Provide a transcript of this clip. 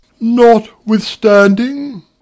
Notwithstanding